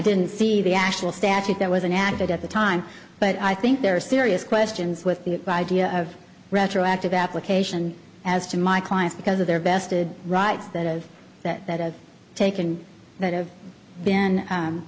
didn't see the actual statute that was inadequate at the time but i think there are serious questions with the idea of retroactive application as to my clients because of their vested rights that is that i've taken that have been